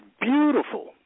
beautiful